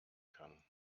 kann